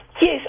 Yes